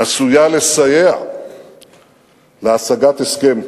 עשויה לסייע להשגת הסכם,